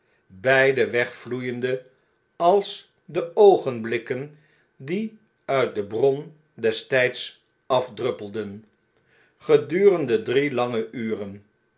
beide wegvloeiende als de oogenblikken die uit de bron des tjjds afdruppelden gedurende drie lange uren